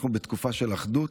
אנחנו בתקופה של אחדות,